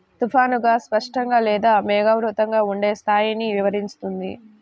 తుఫానుగా, స్పష్టంగా లేదా మేఘావృతంగా ఉండే స్థాయిని వివరిస్తుంది